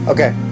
Okay